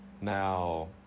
Now